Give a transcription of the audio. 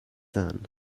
son